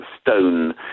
stone